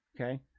Okay